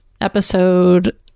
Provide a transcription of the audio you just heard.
episode